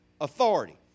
authority